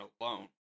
alone